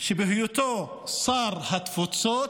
שבהיותו שר התפוצות,